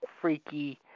freaky